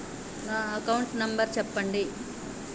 నా account number చెప్పండి?